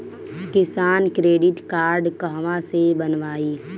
किसान credit card कहवा से बनवाई?